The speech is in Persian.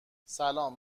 سلام